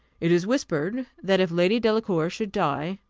it is whispered, that if lady delacour should die.